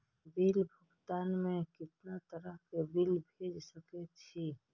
Bill भुगतान में कितना तरह के बिल भेज सके छी?